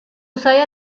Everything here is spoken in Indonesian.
saya